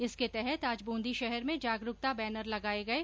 इसके तहत आज बूंदी शहर में जागरूकता बैनर लगाये गये